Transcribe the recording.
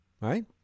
right